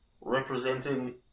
representing